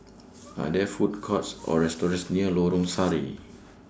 Are There Food Courts Or restaurants near Lorong Sari